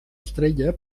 estrella